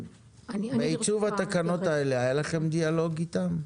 בעיצוב התקנות האלו היה לכם דיאלוג איתם?